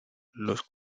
los